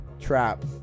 trap